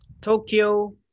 Tokyo